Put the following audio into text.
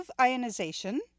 ionization